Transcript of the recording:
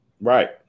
Right